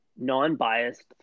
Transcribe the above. non-biased